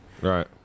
Right